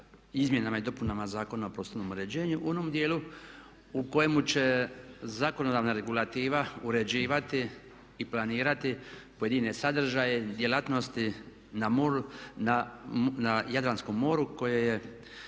izmjenama i dopunama Zakona o prostornom uređenju u onom dijelu u kojemu će zakonodavna regulativa uređivati i planirati pojedine sadržaje, djelatnosti na Jadranskom moru koje je